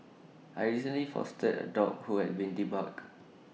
I recently fostered A dog who had been debarked